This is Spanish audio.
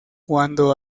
cuando